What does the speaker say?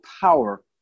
power